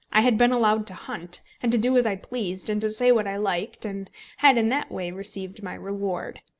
i had been allowed to hunt and to do as i pleased, and to say what i liked, and had in that way received my reward.